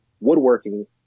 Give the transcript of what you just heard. woodworking